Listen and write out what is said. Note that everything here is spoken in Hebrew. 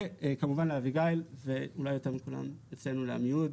וכמובן לאביגיל ואולי יותר מכולם אצלנו לעמיהוד